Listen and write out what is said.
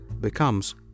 becomes